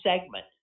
segment